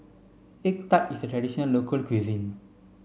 egg tart is a traditional local cuisine